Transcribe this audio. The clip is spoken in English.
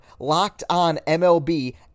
LOCKEDONMLB